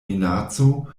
minaco